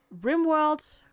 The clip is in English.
RimWorld